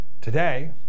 Today